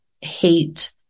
hate